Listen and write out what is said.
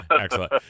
Excellent